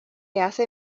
hace